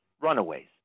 runaways